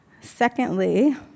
Secondly